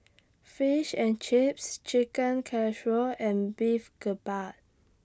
Fish and Chips Chicken Casserole and Beef Galbi